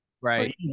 Right